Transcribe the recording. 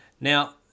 Now